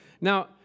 Now